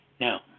Now